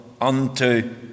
unto